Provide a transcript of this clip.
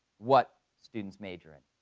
what students major in.